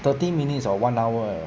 thirty minutes or one hour